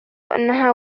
أنها